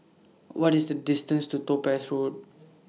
What IS The distance to Topaz Road